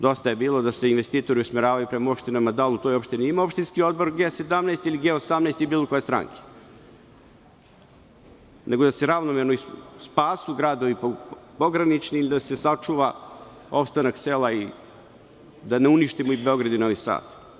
Dosta je bilo da se investitori usmeravaju prema opštinama, da li u toj opštini ima opštinski odbor G17, ili G18, ili bilo koje stranke, nego da se ravnomerno spasu pogranični gradovi ili da se sačuva ostanak sela i da ne uništimo i Beograd i Novi Sad.